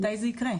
מתי זה יקרה?